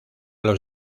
los